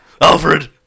Alfred